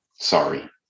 Sorry